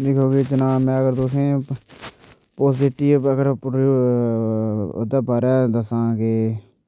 में अगर सनाना अगर तुसें अगर ओह्दे बारे दस्सां ते